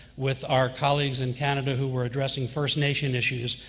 with our colleagues in canada who were addressing first nation issues,